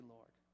Lord